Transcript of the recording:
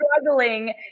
struggling